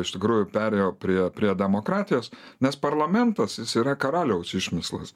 iš tikrųjų perėjo prie prie demokratijos nes parlamentas jis yra karaliaus išmislas